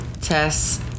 Tess